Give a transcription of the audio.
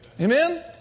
Amen